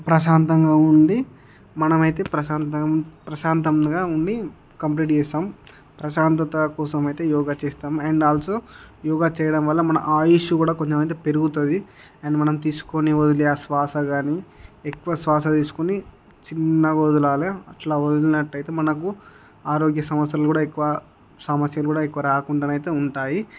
ప్రశాంతంగా ఉండి మనమైతే ప్రశాంతంగ ప్రశాంతంగా ఉండి కంప్లీట్ చేస్తాం ప్రశాంతత కోసం అయితే యోగ చేస్తాం అండ్ ఆల్సో యోగా చెయ్యడం వల్ల మన ఆయుష్షు కూడా కొంచెం అయితే పెరుగుతుంది అండ్ మనం తీసుకోని వదిలే ఆ శ్వాస కానీ ఎక్కువ శ్వాస తీసుకుని చిన్నగా వదలాలి అట్లా వదిలినట్లయితే మనకు ఆరోగ్య సమస్యలు కూడా ఎక్కువ సమస్యలు కూడా ఎక్కువ రాకుండా అయితే ఉంటాయి